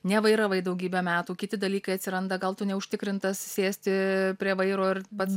nevairavai daugybę metų kiti dalykai atsiranda ga tu neužtikrintas sėsti prie vairo ir pats